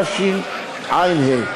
התשע"ה.